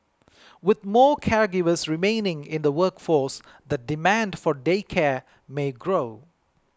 with more caregivers remaining in the workforce the demand for day care may grow